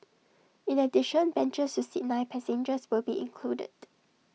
in addition benches seat nine passengers will be included